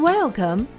Welcome